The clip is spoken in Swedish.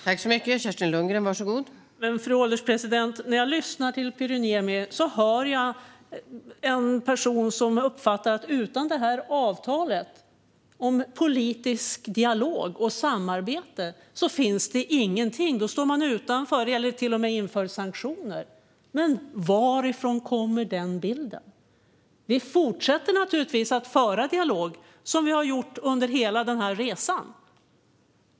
Fru ålderspresident! När jag lyssnar till Pyry Niemi hör jag en person som uppfattar att det utan detta avtal om politisk dialog och samarbete inte finns någonting och att man då står utanför eller till och med inför sanktioner. Men varifrån kommer den bilden? Vi fortsätter naturligtvis att föra dialog, som vi har gjort under hela denna resa.